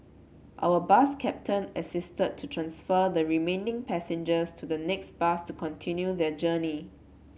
our bus captain assisted to transfer the remaining passengers to the next bus to continue their journey